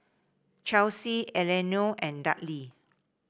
Chelsie Elenore and Dudley